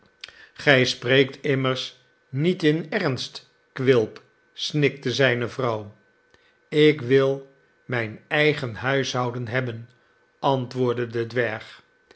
gij spreekt immers niet in ernst quilp snikte zijne vrouw ik wil mijn eigen huishouden hebben antwoordde de dwerg